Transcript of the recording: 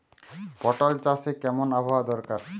পটল চাষে কেমন আবহাওয়া দরকার?